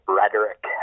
rhetoric